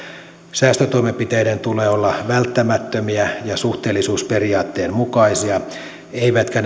säästötoimenpiteiden tulee olla välttämättömiä ja suhteellisuusperiaatteen mukaisia eivätkä